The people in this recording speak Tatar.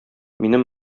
минем